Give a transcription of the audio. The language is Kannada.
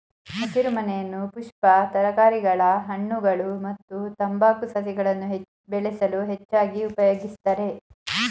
ಹಸಿರುಮನೆಯನ್ನು ಪುಷ್ಪ ತರಕಾರಿಗಳ ಹಣ್ಣುಗಳು ಮತ್ತು ತಂಬಾಕು ಸಸಿಗಳನ್ನು ಬೆಳೆಸಲು ಹೆಚ್ಚಾಗಿ ಉಪಯೋಗಿಸ್ತರೆ